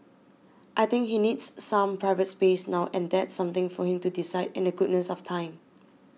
I think he needs some private space now and that's something for him to decide in the goodness of time